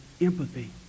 empathy